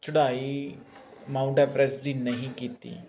ਚੜ੍ਹਾਈ Mount Everest ਦੀ ਨਹੀਂ ਕੀਤੀ